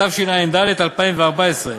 התשע"ד 2014,